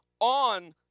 on